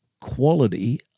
Quality